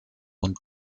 und